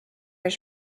his